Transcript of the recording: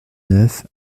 neuf